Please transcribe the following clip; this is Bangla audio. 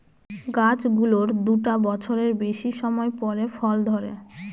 গাছ গুলোর দুটা বছরের বেশি সময় পরে ফল ধরে